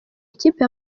ikipe